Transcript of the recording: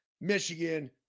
Michigan